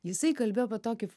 jisai kalbėjo tokį